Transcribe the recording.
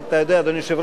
אדוני היושב-ראש,